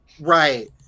Right